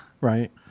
Right